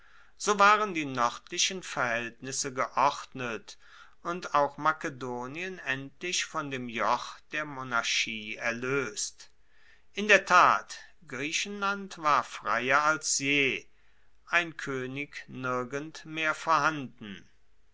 so waren die noerdlichen verhaeltnisse geordnet und auch makedonien endlich von dem joch der monarchie erloest in der tat griechenland war freier als je ein koenig nirgend mehr vorhanden